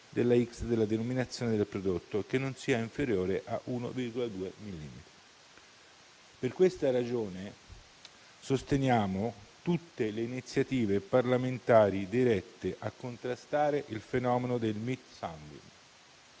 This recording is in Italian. della x della denominazione del prodotto e che non sia inferiore a 1,2 mm». Per questa ragione sosteniamo tutte le iniziative parlamentari dirette a contrastare il fenomeno del *meat sounding*.